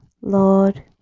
Lord